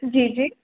जी जी